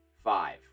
Five